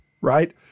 right